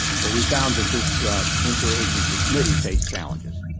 but we found that this interagency committee faced challenges.